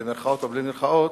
במירכאות או בלי מירכאות,